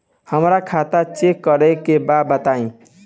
हमरा खाता चेक करे के बा बताई?